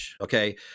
okay